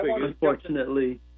unfortunately